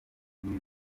ibi